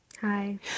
Hi